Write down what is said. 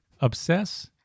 obsess